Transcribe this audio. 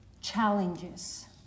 challenges